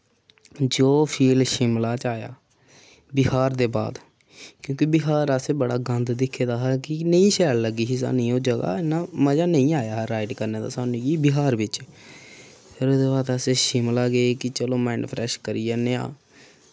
जो फील शिमला च आया बिहार दे बाद क्यूंकि बिहार असें बड़ा गंद दिक्खे दा हा कि नेईं शैल लग्गी ही सानी ओह् जगह इ'न्ना मजा नेईं आया हा राइड करने दा साह्नूं कि बिहार बिच फिर ओह्दे बाद अस शिमला गे कि चलो माइंड फ्रैश करी औन्ने आं